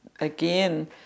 again